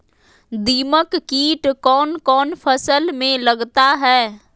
दीमक किट कौन कौन फसल में लगता है?